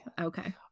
Okay